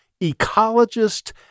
ecologist